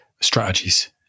strategies